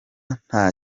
nta